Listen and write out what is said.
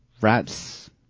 rats